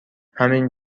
همین